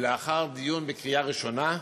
ולאחר דיון בקריאה ראשונה,